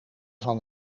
van